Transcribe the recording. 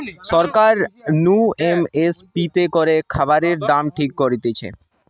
সরকার নু M S P তে করে খাবারের দাম ঠিক করতিছে